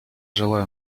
желаю